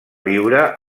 viure